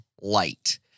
light